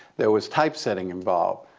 there was typesetting involved.